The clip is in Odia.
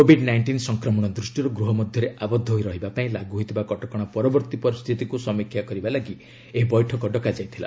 କୋଭିଡ୍ ନାଇଷ୍ଟିନ୍ ସଂକ୍ରମଣ ଦୃଷ୍ଟିର୍ ଗୃହ ମଧ୍ୟରେ ଆବଦ୍ଧ ହୋଇ ରହିବା ପାଇଁ ଲାଗ୍ର ହୋଇଥିବା କଟକଣା ପରବର୍ତ୍ତୀ ପରିସ୍ଥିତିକ୍ ସମୀକ୍ଷା କରିବା ଲାଗି ଏହି ବୈଠକ ଡକାଯାଇଥିଲା